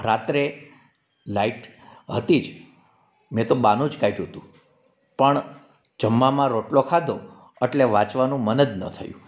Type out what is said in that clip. રાત્રે લાઈટ હતી જ મેં તો બહાનું જ કાઢ્યું તું પણ જમવામાં રોટલો ખાધો એટલે વાંચવાનું મન ન થયું